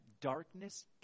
darkness